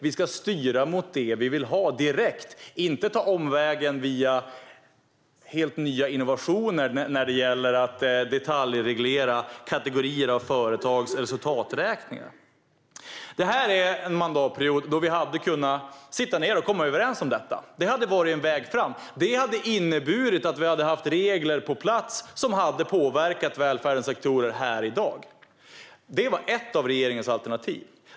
Vi ska styra mot det vi vill ha direkt och inte ta omvägen via helt nya innovationer när det gäller att detaljreglera resultaträkningar för olika kategorier av företag. Det här är en mandatperiod då vi hade kunnat sitta ned och komma överens om detta. Det skulle ha varit en väg fram, och det skulle ha inneburit att vi nu hade haft regler på plats som hade påverkat välfärdens aktörer här i dag. Det var ett av regeringens alternativ.